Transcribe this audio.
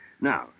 Now